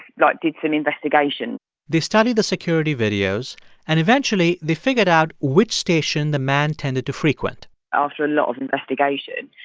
did some investigation they studied the security videos and eventually they figured out which station the man tended to frequent after a lot of investigation,